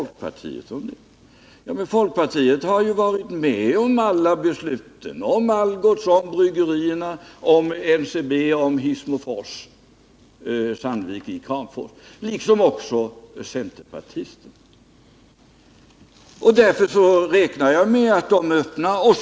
Folkpartiet — liksom centerpartiet — har varit med om att fatta besluten i alla de fall som jag här räknade upp. Därför räknar jag med att både folkpartiet och centerpartiet är öppna för fortsatta diskussioner.